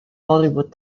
hollywood